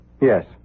Yes